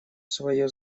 свое